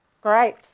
Great